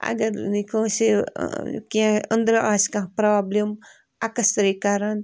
اگر نہٕ کٲنٛسہِ کیٚنٛہہ أنٛدرٕ آسہِ کانٛہہ پرٛابلِم اٮ۪کٕسرے کَرن